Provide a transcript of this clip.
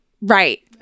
right